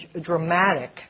dramatic